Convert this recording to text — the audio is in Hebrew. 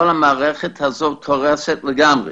כל המערכת הזאת קורסת לגמרי